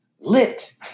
lit